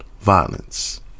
violence